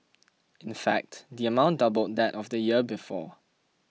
in fact the amount doubled that of the year before